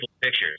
pictures